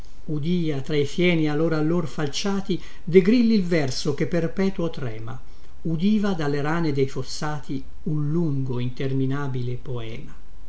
napoleone udia tra i fieni allor allor falciati da grilli il verso che perpetuo trema udiva dalle rane dei fossati un lungo interminabile poema